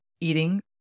eating